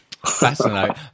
Fascinating